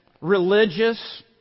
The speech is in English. religious